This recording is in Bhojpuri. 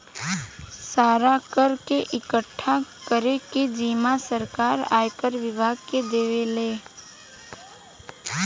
सारा कर के इकठ्ठा करे के जिम्मा सरकार आयकर विभाग के देवेला